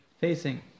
facing